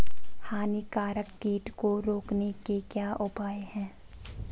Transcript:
हानिकारक कीट को रोकने के क्या उपाय हैं?